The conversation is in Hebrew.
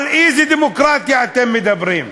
על איזה דמוקרטיה אתם מדברים?